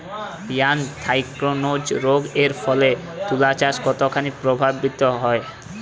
Anthracnose রোগ এর ফলে তুলাচাষ কতখানি প্রভাবিত হয়?